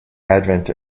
advent